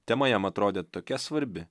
tema jam atrodė tokia svarbi